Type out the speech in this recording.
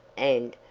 and,